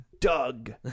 Doug